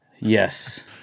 Yes